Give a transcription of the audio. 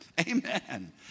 Amen